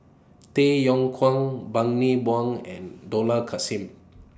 Tay Yong Kwang Bani Buang and Dollah Kassim